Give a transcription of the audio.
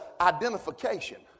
identification